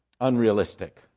unrealistic